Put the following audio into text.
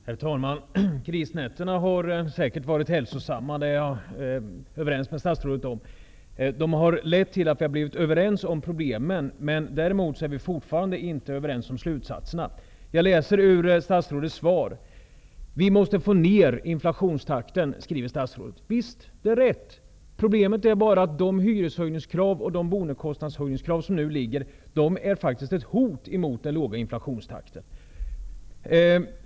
Herr talman! Krisnätterna har säkert varit hälsosamma. Det är statsrådet och jag överens om. De har lett till att vi har blivit överens om problemen. Däremot är vi ännu inte överens om slutsatserna. Statsrådet skriver i sitt svar att vi måste få ner inflationstakten. Visst, det är rätt. Problemet är bara att de hyreshöjnings och boendekostnadshöjningskrav som nu föreligger faktiskt utgör ett hot mot den låga inflationstakten.